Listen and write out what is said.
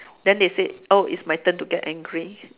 then they said oh it's my turn to get angry